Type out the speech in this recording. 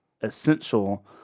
essential